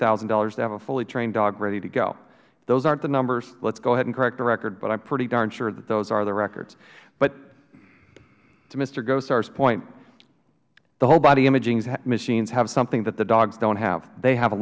thousand dollars to have a fully trained dog ready to go those aren't the numbers let us go ahead and correct the record but i am pretty darn sure those are the records but to mister gosar's point the whole body imaging machines have something that the dogs don't have they have